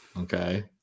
Okay